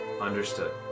Understood